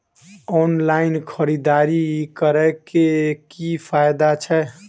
Online खरीददारी करै केँ की फायदा छै?